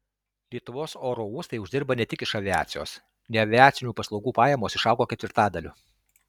lietuvos oro uostai uždirba ne tik iš aviacijos neaviacinių paslaugų pajamos išaugo ketvirtadaliu